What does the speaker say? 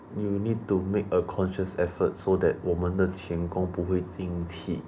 you need to make a conscious effort so that 我们的情况不会精气